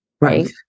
right